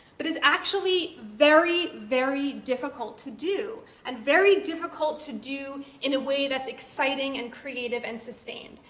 but is actually very, very difficult to do and very difficult to do in a way that's exciting and creative and sustained,